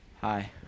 Hi